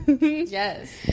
yes